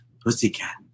Pussycat